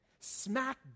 smack